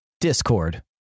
discord